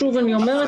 שוב אני אומרת,